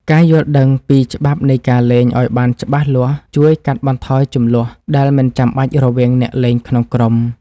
ការយល់ដឹងពីច្បាប់នៃការលេងឱ្យបានច្បាស់លាស់ជួយកាត់បន្ថយជម្លោះដែលមិនចាំបាច់រវាងអ្នកលេងក្នុងក្រុម។